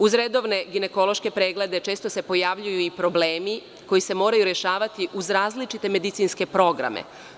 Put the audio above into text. Uz redovne ginekološke preglede, često se pojavljuju i problemi koji se moraju rešavati uz različite medicinske programe.